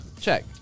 Check